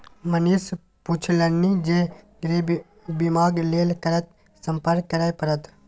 मनीष पुछलनि जे गृह बीमाक लेल कतय संपर्क करय परत?